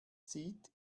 zieht